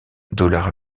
dollars